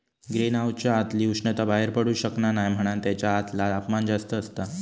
green हाउसच्या आतली उष्णता बाहेर पडू शकना नाय म्हणान तेच्या आतला तापमान जास्त असता